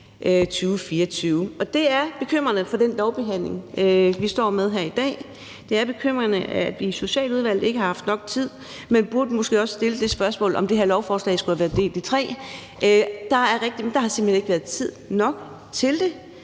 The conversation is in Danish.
Det er bekymrende for den lovbehandling, vi står med her i dag. Det er bekymrende, at vi i Socialudvalget ikke har haft nok tid. Man burde måske også stille det spørgsmål, om det her lovforslag skulle have været delt i tre. Der har simpelt hen ikke været tid nok til det.